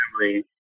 family